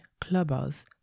clubbers